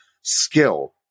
skill